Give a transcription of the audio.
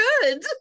good